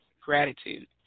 gratitude